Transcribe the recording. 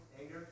Anger